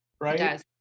Right